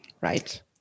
right